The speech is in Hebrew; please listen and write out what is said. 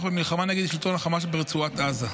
במלחמה נגד שלטון החמאס ברצועת עזה.